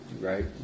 right